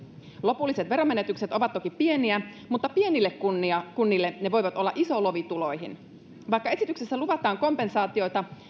lopulliset veromenetykset ovat toki pieniä mutta pienille kunnille kunnille ne voivat olla iso lovi tuloihin vaikka esityksessä luvataan kompensaatioita